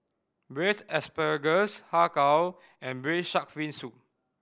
Braised Asparagus Har Kow and Braised Shark Fin Soup